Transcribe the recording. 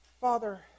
Father